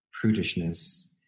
prudishness